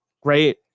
Great